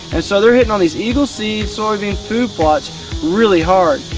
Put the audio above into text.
so they are hitting on these eagle seed soybean plots really hard.